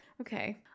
Okay